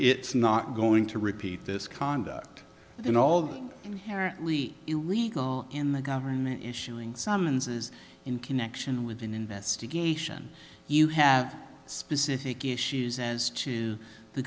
it's not going to repeat this conduct then all of her at least illegal in the government issuing summonses in connection with an investigation you have specific issues as to the